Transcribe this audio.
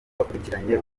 bakurikiranye